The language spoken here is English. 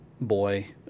boy